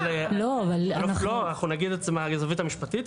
אנחנו נגיד את זה מהזווית המשפטית,